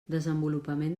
desenvolupament